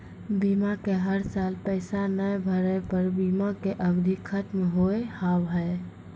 बीमा के हर साल पैसा ना भरे पर बीमा के अवधि खत्म हो हाव हाय?